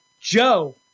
Joe